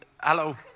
hello